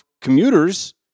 commuters